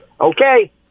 okay